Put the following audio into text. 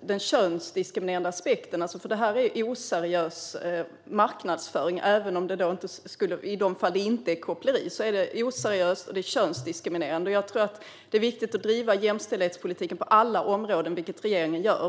den könsdiskriminerande aspekten är hemsk. Detta är oseriös marknadsföring. Även om det inte skulle vara koppleri är det oseriöst och könsdiskriminerande. Jag tror att det är viktigt att driva jämställdhetspolitiken på alla områden, vilket regeringen gör.